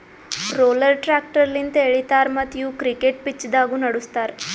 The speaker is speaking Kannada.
ರೋಲರ್ ಟ್ರ್ಯಾಕ್ಟರ್ ಲಿಂತ್ ಎಳಿತಾರ ಮತ್ತ್ ಇವು ಕ್ರಿಕೆಟ್ ಪಿಚ್ದಾಗ್ನು ನಡುಸ್ತಾರ್